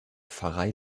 pfarrei